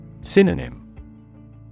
Synonym